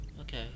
Okay